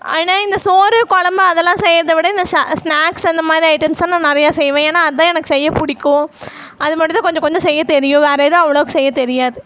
ஆனால் இந்த சோறு குழம்பு அதெல்லாம் செய்கிறத விட இந்த சா ஸ்நாக்ஸ் இந்தமாதிரி ஐட்டம்ஸ் நான் நிறையா செய்வேன் ஏன்னால் அதுதான் எனக்கு செய்ய பிடிக்கும் அது மட்டும்தான் கொஞ்ச கொஞ்ச செய்யத் தெரியும் வேறு எதுவும் அவ்வளோ செய்யத் தெரியாது